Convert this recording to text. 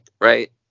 right